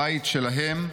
הבית שלהם,